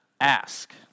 ask